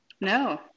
No